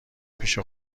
پیش